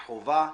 וחובה,